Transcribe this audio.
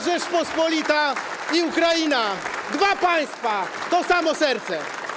Rzeczpospolita Polska i Ukraina - dwa państwa, to samo serce.